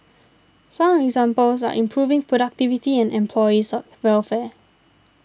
some examples are improving productivity and employees welfare